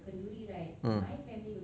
mm